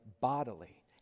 bodily